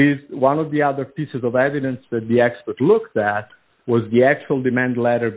is one of the other pieces of evidence that the expert look that was the actual demand l